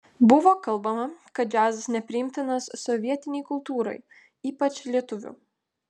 buvo kalbama kad džiazas nepriimtinas sovietinei kultūrai ypač lietuvių